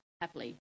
happily